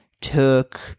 took